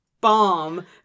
bomb